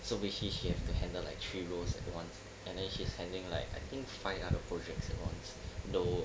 so basically she had handle three roles at once and then she's handling like I think five other projects at once though